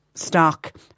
stock